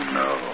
no